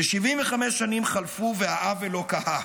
כ-75 שנים חלפו, והעוול לא קהה.